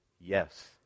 yes